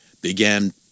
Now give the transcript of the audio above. began